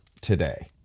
today